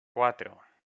cuatro